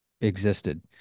existed